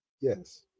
yes